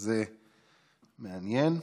מחזה מעניין.